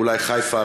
אולי חיפה,